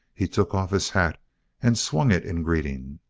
he took off his hat and swung it in greeting.